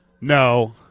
No